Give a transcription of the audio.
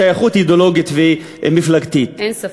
שייכות אידיאולוגית ומפלגתית, אין ספק.